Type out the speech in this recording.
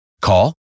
Call